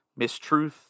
mistruth